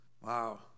Wow